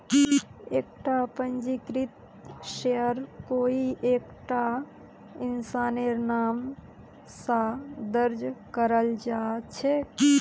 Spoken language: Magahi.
एकता पंजीकृत शेयर कोई एकता इंसानेर नाम स दर्ज कराल जा छेक